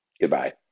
Goodbye